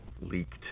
leaked